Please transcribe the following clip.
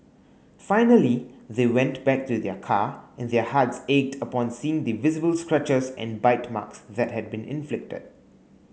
finally they went back to their car and their hearts ached upon seeing the visible scratches and bite marks that had been inflicted